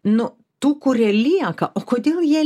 nu tų kurie lieka o kodėl jie lieka dar vis lieka